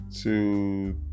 two